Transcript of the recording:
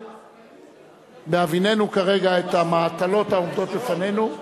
בהביננו כרגע את המהתלות העומדות לפנינו,